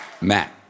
Matt